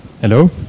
Hello